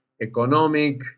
economic